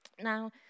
Now